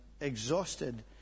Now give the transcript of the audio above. exhausted